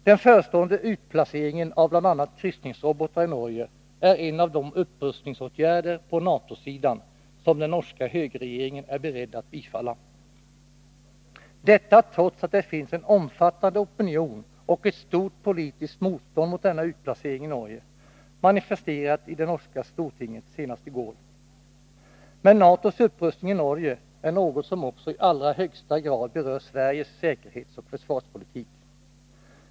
Den förestående utplaceringen av bl.a. kryssningsrobotar i Norge är en av de upprustningsåtgärder på NATO-sidan som den norska högerregeringen är beredd att bifalla — detta trots att det finns en omfattande opinion och ett stort politiskt motstånd mot denna utplacering i Norge, manifesterat i det norska stortinget senast i går. Men NATO:s upprustning i Norge är något som också i allra högsta grad berör Sveriges säkerhetsoch försvarspolitik.